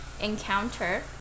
encounter